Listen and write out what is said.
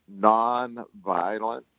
nonviolent